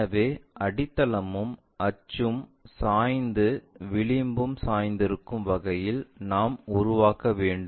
எனவே அடித்தளமும் அச்சும் சாய்ந்து விளிம்பும் சாய்ந்திருக்கும் வகையில் நாம் உருவாக்க வேண்டும்